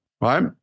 Right